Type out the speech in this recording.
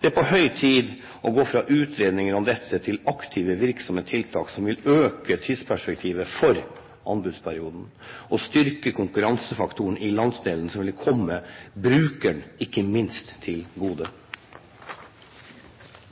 Det er på høy tid å gå fra utredninger om dette til aktive, virksomme tiltak som vil øke tidsperspektivet for anbudsperioden og styrke konkurransefaktoren i landsdelen, noe som vil komme ikke minst brukeren til gode.